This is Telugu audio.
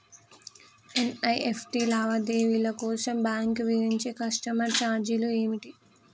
ఎన్.ఇ.ఎఫ్.టి లావాదేవీల కోసం బ్యాంక్ విధించే కస్టమర్ ఛార్జీలు ఏమిటి?